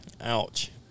Ouch